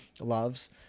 loves